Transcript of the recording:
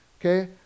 okay